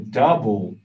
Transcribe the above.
double